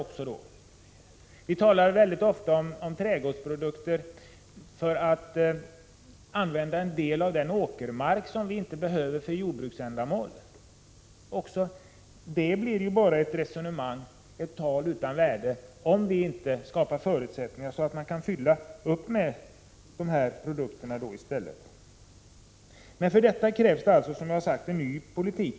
Vi talar mycket ofta om att för produktion av trädgårdsprodukter använda en del av den åkermark som vi inte behöver för jordbruksändamål. Även här blir det ju bara ord utan värde, om vi inte skapar förutsättningar för odling av produkterna. Det krävs alltså en ny politik.